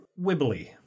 wibbly